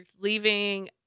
leaving